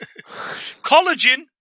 Collagen